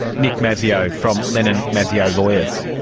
nick mazzeo from lennon mazzeo lawyers.